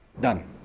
done